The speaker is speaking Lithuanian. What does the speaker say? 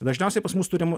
dažniausiai pas mus turim